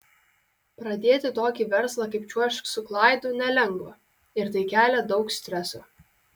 pradėti tokį verslą kaip čiuožk su klaidu nelengva ir tai kelia daug streso